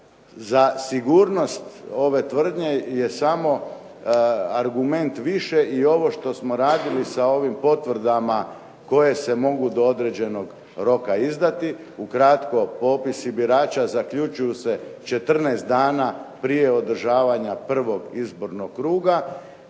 za sigurnost ove tvrdnje je samo argument više i ovo što smo radili sa ovim potvrdama koje se mogu do određenog roka izdati, ukratko popisi birača zaključuju se 14 dana prije održavanja prvog izbornog kruga,